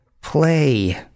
play